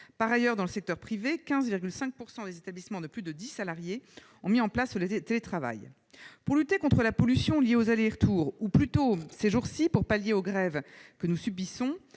Par ailleurs, dans le secteur privé, 15,5 % des établissements de plus de dix salariés ont mis en place le télétravail. Pour lutter contre la pollution liée aux allers-retours, mais aussi pour pallier les effets des grèves que nous subissons